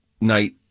night